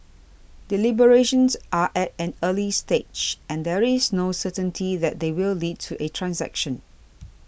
deliberations are at an early stage and there is no certainty that they will lead to a transaction